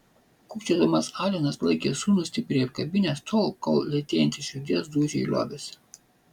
kūkčiodamas alenas laikė sūnų stipriai apkabinęs tol kol lėtėjantys širdies dūžiai liovėsi